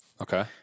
Okay